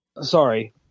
Sorry